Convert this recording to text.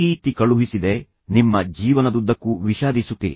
ಈ ರೀತಿ ಕಳುಹಿಸಿದರೆ ನಿಮ್ಮ ಜೀವನದುದ್ದಕ್ಕೂ ವಿಷಾದಿಸುತ್ತೀರಿ